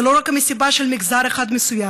זו לא רק המסיבה של מגזר אחד מסוים.